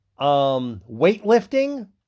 weightlifting